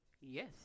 Yes